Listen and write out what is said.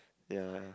ya